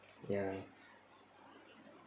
ya